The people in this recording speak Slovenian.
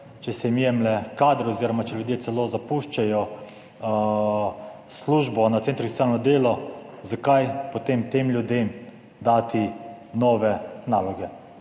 če se jim jemlje kadre oziroma če ljudje celo zapuščajo službo na centrih za socialno delo. Zakaj potem tem ljudem dati nove naloge?